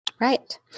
Right